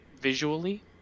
visually